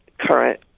current